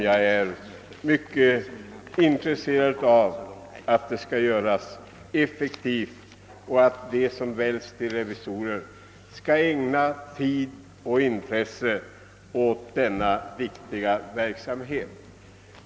Jag är mycket intresserad av att revisionen blir effektiv och av att de som väljs till revisorer också skall ägna tid och intresse åt denna viktiga uppgift.